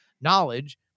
Knowledge